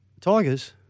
Tigers